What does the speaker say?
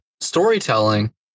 storytelling